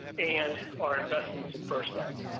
and our investments in firstnet.